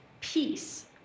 peace